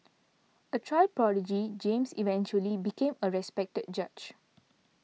a child prodigy James eventually became a respected judge